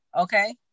okay